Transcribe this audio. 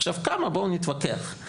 עכשיו כמה, בואו נתווכח.